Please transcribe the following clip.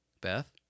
Beth